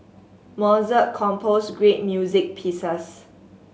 Mozart composed great music pieces